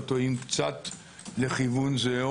טועים קצת לכיוון זה,